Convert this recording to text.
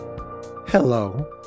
Hello